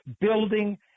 building